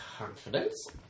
confidence